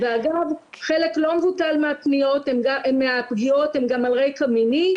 אגב, חלק לא מבוטל מהפגיעות הן גם על רקע מיני.